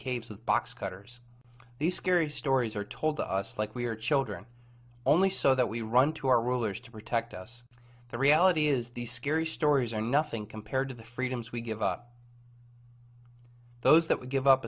caves with boxcutters the scary stories are told us like we are children only so that we run to our rulers to protect us the reality is these scary stories are nothing compared to the freedoms we give up those that would give up